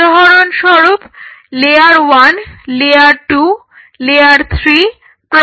উদাহরণস্বরূপ layer 1 layer 2 layer 3 প্রভৃতি